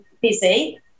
busy